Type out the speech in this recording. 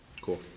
Cool